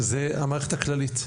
שהם המערכת הכללית,